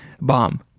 bomb